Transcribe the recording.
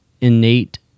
innate